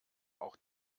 auch